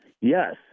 Yes